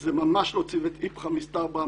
זה ממש לא צוות איפכא מסתברא,